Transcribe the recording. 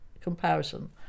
comparison